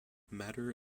matter